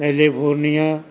California